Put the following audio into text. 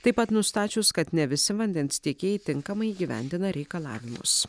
taip pat nustačius kad ne visi vandens tiekėjai tinkamai įgyvendina reikalavimus